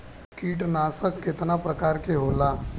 कीटनाशक केतना प्रकार के होला?